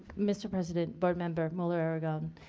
mr. president, board member muller-aragon,